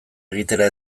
egitera